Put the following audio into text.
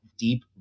deep